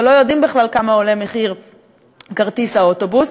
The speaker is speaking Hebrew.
ולא יודעים בכלל מה מחיר כרטיס האוטובוס,